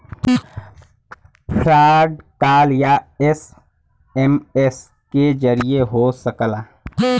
fraud call या SMS के जरिये हो सकला